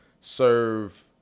serve